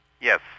Yes